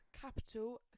capital